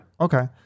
okay